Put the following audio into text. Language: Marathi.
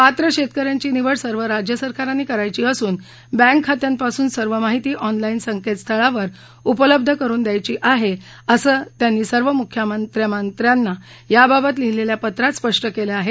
पात्र शेतकऱ्यांची निवड सर्व राज्य सरकारांनी करायची असून बँक खात्यांपासूनची सर्व माहिती ऑनलाते संकेतस्थळावर उपलब्ध करून द्यायची आहे असं त्यांनी सर्व मुख्यमंत्र्यांना याबाबत लिहिलेल्या पत्रात स्पष्ट केलं आहे